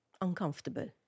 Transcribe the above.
uncomfortable